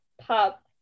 pop